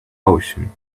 ocean